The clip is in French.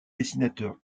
dessinateur